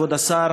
כבוד השר,